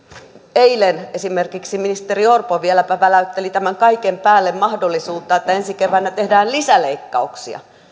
eilen esimerkiksi ministeri orpo vieläpä väläytteli tämän kaiken päälle mahdollisuutta että ensi keväänä tehdään lisäleikkauksia